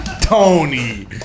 Tony